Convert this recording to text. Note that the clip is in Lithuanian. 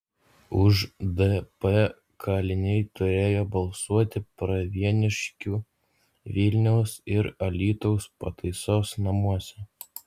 už dp kaliniai turėjo balsuoti pravieniškių vilniaus ir alytaus pataisos namuose